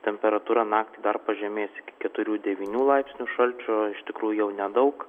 temperatūra naktį dar pažemės keturių devynių laipsnių šalčio iš tikrųjų jau nedaug